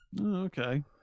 Okay